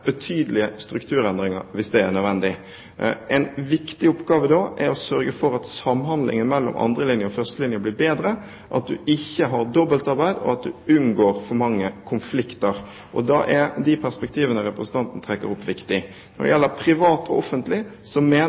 betydelige strukturendringer hvis det er nødvendig. En viktig oppgave er å sørge for at samhandlingen mellom andrelinje og førstelinje blir bedre, at man ikke har dobbeltarbeid og at man unngår for mange konflikter. Da er perspektivene representanten trekker opp, viktige. Når det gjelder privat og offentlig, mener